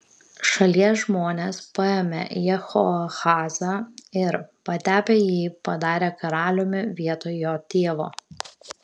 šalies žmonės paėmė jehoahazą ir patepę jį padarė karaliumi vietoj jo tėvo